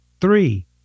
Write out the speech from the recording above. Three